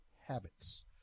habits